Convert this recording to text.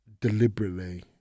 deliberately